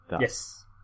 Yes